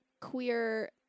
queer